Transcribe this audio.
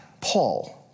Paul